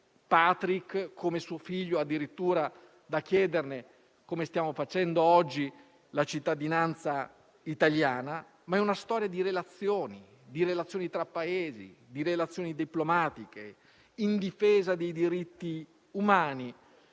Patrick come suo figlio, addirittura da chiederne, come stiamo facendo oggi, la cittadinanza italiana. Tuttavia è una storia di relazioni tra Paesi e di relazioni diplomatiche in difesa dei diritti umani.